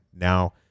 Now